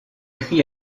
cris